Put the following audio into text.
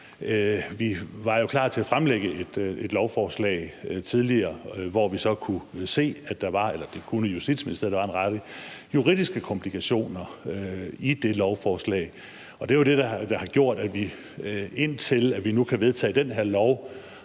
vi var klar til at fremsætte et lovforslag tidligere, hvor Jutitsministeriet så kunne se, at der var en række juridiske komplikationer i det lovforslag, og det er jo det, der har gjort, at vi, indtil vi nu kan vedtage det her